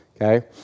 okay